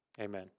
Amen